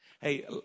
Hey